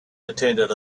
attended